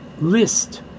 list